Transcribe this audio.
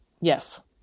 Yes